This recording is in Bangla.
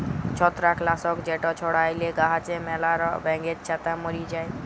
ছত্রাক লাসক যেট ছড়াইলে গাহাচে ম্যালা ব্যাঙের ছাতা ম্যরে যায়